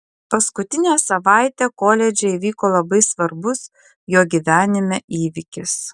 paskutinę savaitę koledže įvyko labai svarbus jo gyvenime įvykis